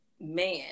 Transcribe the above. man